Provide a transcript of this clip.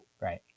right